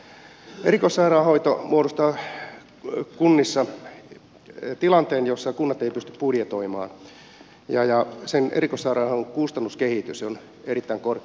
erikoissairaanhoito muodostaa kunnissa tilanteen jossa kunnat eivät pysty budjetoimaan ja sen erikoissairaanhoidon kustannuskehitys on erittäin korkea